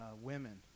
women